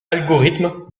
algorithme